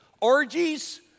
Orgies